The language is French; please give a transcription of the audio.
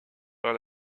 par